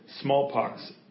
smallpox